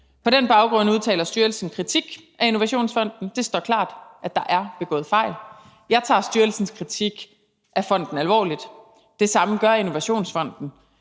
På den baggrund udtaler styrelsen kritik af Innovationsfonden. Det står klart, at der er begået fejl. Jeg tager styrelsens kritik af fonden alvorligt. Det samme gør Innovationsfonden.